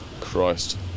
Christ